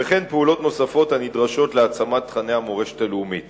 וכן פעולות נוספות הנדרשות להעצמת תוכני המורשת הלאומית